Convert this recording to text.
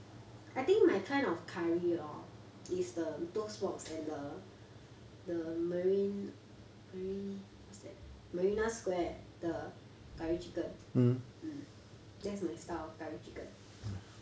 I think my kind of curry hor is the toast box and the the marine marine what's that marina square the curry chicken mm that's my style of curry chicken